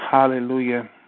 Hallelujah